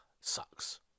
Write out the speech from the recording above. sucks